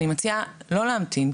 אני מציעה לא להמתין,